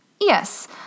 yes